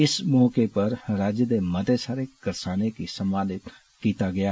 इस मौके पर राज्य दे मते सारे करसानें गी सम्मानित कीता गेआ